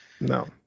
No